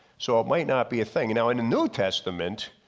so it might not be a thing. now in a new testament,